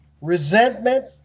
resentment